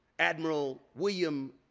admiral william